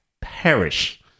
perish